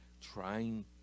trying